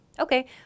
Okay